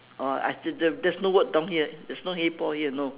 oh I there there there's no word down here there's no hey paul here no